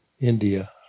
India